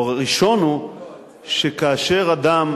או ראשון, הוא שכאשר אדם